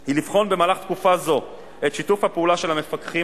היא לבחון במהלך תקופה זו את שיתוף הפעולה של המפקחים